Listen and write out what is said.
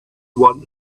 one